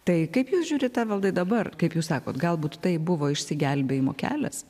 tai kaip jūs žiūrit evaldai dabar kaip jūs sakot galbūt tai buvo išsigelbėjimo kelias